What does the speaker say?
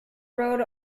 road